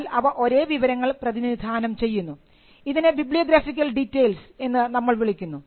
എന്നാൽ അവ ഒരേ വിവരങ്ങൾ പ്രതിനിധാനം ചെയ്യുന്നു ഇതിനെ ബിബ്ലിയോഗ്രഫിക്കൽ ഡീറ്റെയിൽസ് എന്ന് നമ്മൾ വിളിക്കുന്നു